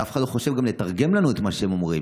ואף אחד לא חושב גם לתרגם לנו את מה שהם אומרים.